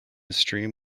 stream